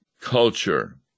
culture